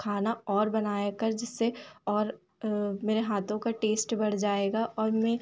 खाना और बनाया कर जिससे और मेरे हाथों का टेस्ट बढ़ जाएगा और मैं